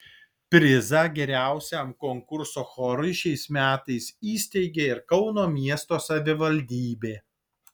prizą geriausiam konkurso chorui šiais metais įsteigė ir kauno miesto savivaldybė